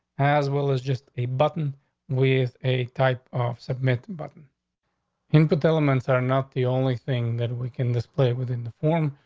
as well as just a button with a type of submit and button input elements are not the only thing that we can just play within the form.